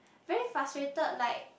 very frustrated like